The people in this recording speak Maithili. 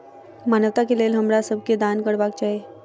मानवता के लेल हमरा सब के दान करबाक चाही